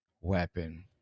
weapon